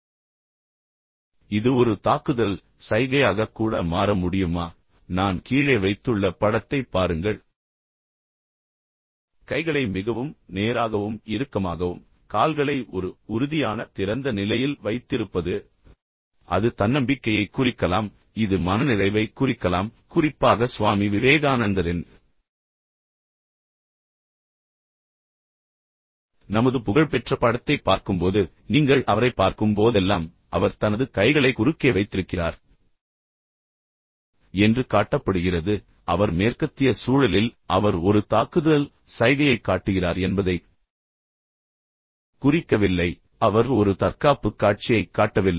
இப்போது இது ஒரு தாக்குதல் சைகையாக கூட மாற முடியுமா நான் கீழே வைத்துள்ள படத்தைப் பாருங்கள் எனவே கைகளை மிகவும் நேராகவும் இறுக்கமாகவும் பின்னர் கால்களை ஒரு உறுதியான திறந்த நிலையில் வைத்திருப்பது எனவே அது தன்னம்பிக்கையைக் குறிக்கலாம் இது மனநிறைவைக் குறிக்கலாம் குறிப்பாக சுவாமி விவேகானந்தரின் நமது புகழ்பெற்ற படத்தைப் பார்க்கும்போது நீங்கள் அவரைப் பார்க்கும் போதெல்லாம் அவர் தனது கைகளை குறுக்கே வைத்திருக்கிறார் என்று காட்டப்படுகிறது ஆனால் பின்னர் அவர் மேற்கத்திய சூழலில் அவர் ஒரு தாக்குதல் சைகையைக் காட்டுகிறார் என்பதைக் குறிக்கவில்லை அவர் ஒரு தற்காப்புக் காட்சியைக் காட்டவில்லை